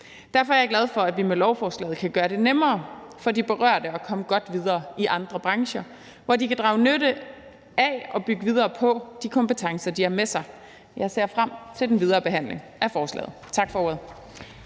Derfor er jeg glad for, at vi med lovforslaget kan gøre det nemmere for de berørte at komme godt videre i andre brancher, hvor de kan drage nytte af og bygge videre på de kompetencer, de har med sig. Jeg ser frem til den videre behandling af forslaget. Tak for ordet.